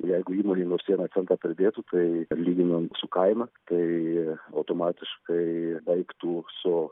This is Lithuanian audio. jeigu įmonė nors vieną centą pridėtų tai lyginant su kaina tai automatiškai veiktų su